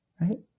Right